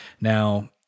Now